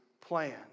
plan